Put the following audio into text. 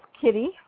Kitty